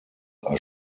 are